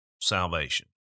salvation